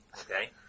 Okay